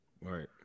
right